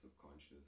subconscious